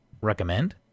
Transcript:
recommend